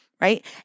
right